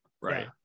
right